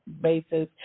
basis